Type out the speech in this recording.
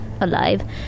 alive